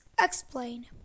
explain